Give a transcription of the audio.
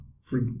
free